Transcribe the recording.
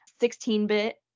16-bit